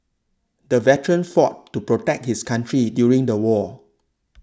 the veteran fought to protect his country during the war